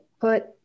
put